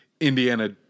Indiana